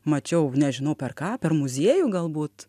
mačiau nežinau per ką per muziejų galbūt